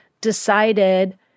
decided